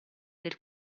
del